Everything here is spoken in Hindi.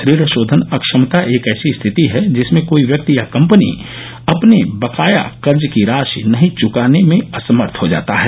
ऋण शोधन अक्षमता एक ऐसी स्थिति है जिसमें कोई व्यक्ति या कंपनी अपने बकाया कर्ज की राशि चुकाने में असमर्थ हो जाता है